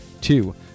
Two